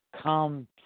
come